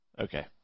Okay